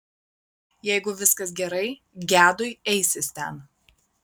jeigu viskas gerai gedui eisis ten